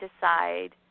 decide